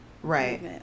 right